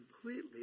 completely